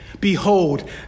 behold